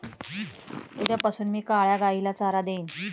उद्यापासून मी काळ्या गाईला चारा देईन